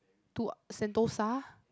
to Sentosa